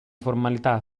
formalità